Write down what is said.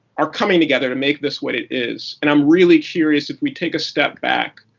are coming together. to make this what it is. and i'm really curious, if we take a step back,